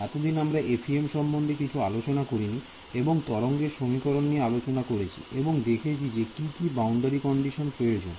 এতদিন আমরা FEM সম্বন্ধে কিছু আলোচনা করিনি বরং তরঙ্গের সমীকরণ নিয়ে আলোচনা করেছি এবং দেখিয়েছি যে কি কি বাউন্ডারি কন্ডিশন প্রয়োজন